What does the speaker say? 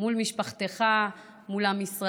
מול משפחתך, מול עם ישראל,